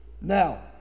Now